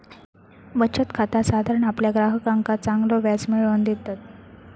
बचत खाता साधारण आपल्या ग्राहकांका चांगलो व्याज मिळवून देतत